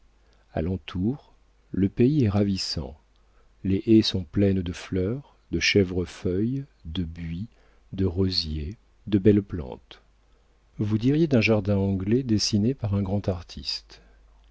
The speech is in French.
a l'entour le pays est ravissant les haies sont pleines de fleurs de chèvrefeuilles de buis de rosiers de belles plantes vous diriez d'un jardin anglais dessiné par un grand artiste